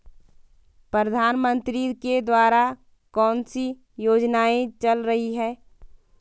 प्रधानमंत्री के द्वारा कौनसी योजनाएँ चल रही हैं?